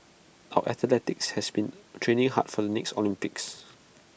our athletes have been training hard for the next Olympics